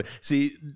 see